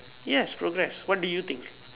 yes progress what do you think